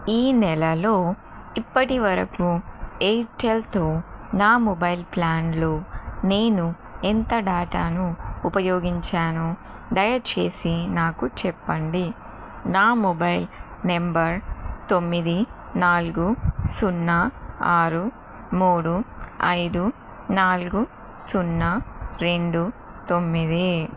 ఈ నెలలో ఇప్పటివరకు ఎయిర్టెల్తో నా మొబైల్ ప్లాన్లో నేను ఎంత డాటాను ఉపయోగించాను దయచేసి నాకు చెప్పండి నా మొబైల్ నెంబర్ తొమ్మిది నాలుగు సున్నా ఆరు మూడు ఐదు నాలుగు సున్న రెండు తొమ్మిది